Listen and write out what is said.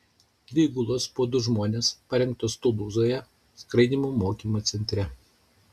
dvi įgulos po du žmones parengtos tulūzoje skraidymų mokymo centre